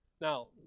Now